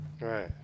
Right